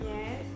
Yes